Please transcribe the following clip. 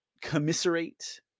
commiserate